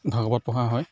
ভাগৱত পঢ়া হয়